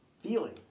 feeling